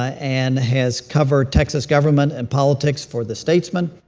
and has covered texas government and politics for the statesman.